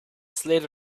slid